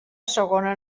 segona